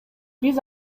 биз